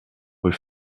rue